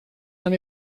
han